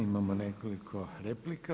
Imamo nekoliko replika.